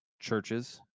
churches